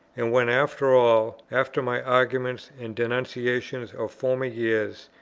and, when after all, after my arguments and denunciations of former years,